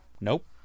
Nope